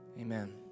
Amen